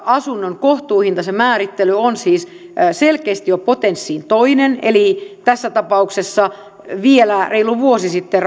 asunnon määrittely on siis selkeästi jo potenssiin toinen eli tässä tapauksessa vielä reilu vuosi sitten